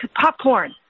popcorn